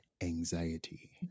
anxiety